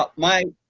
ah my